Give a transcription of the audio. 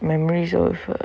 memories for uh